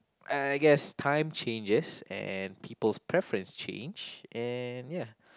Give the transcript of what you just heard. I guess time changes and people's preference change and ya